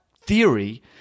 theory